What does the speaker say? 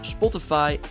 Spotify